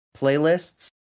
playlists